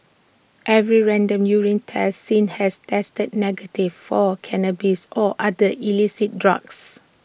every random urine test since has tested negative for cannabis or other illicit drugs